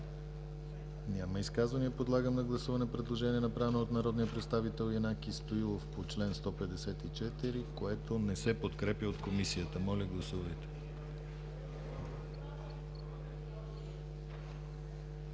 Няма. Подлагам на гласуване предложението, направено от народния представител Янаки Стоилов по чл. 154, което не се подкрепя от Комисията. Моля, гласувайте.